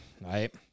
right